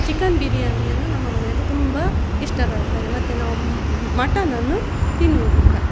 chicken ಬಿರಿಯಾನಿಯನ್ನು ನಮ್ಮ ಮನೆಯಲ್ಲಿ ತುಂಬ ಇಷ್ಟಪಡುತ್ತಾರೆ ಮತ್ತೆ ನಾವು ಮಟನನ್ನು ತಿನ್ನುವುದಿಲ್ಲ